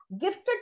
Gifted